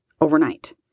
overnight